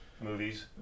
movies